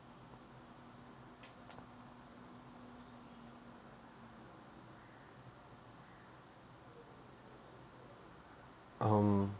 um